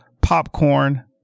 popcorn